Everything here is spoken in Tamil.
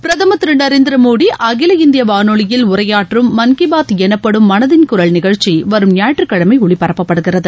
பிரதமர் திரு நரேந்திரமோடி அகில இந்திய வானொலியில் உரையாற்றும் மன் கி பாத் எனப்படும் மனதின் குரல் நிகழ்ச்சி வரும் ஞாயிற்றுக்கிழமை ஒலிபரப்பப்படுகிறது